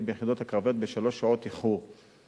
ביחידות הקרביות שלוש שעות מאוחר יותר.